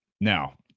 Now